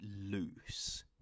loose